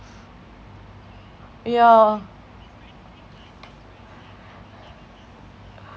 yeah